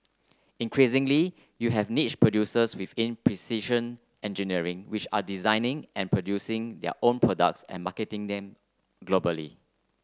increasingly you have niche producers within precision engineering which are designing and producing their own products and marketing them globally